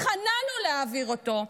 התחננו להעביר אותו,